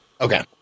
okay